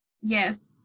Yes